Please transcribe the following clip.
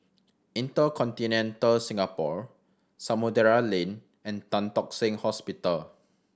InterContinental Singapore Samudera Lane and Tan Tock Seng Hospital